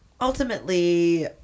Ultimately